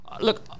look